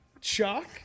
chuck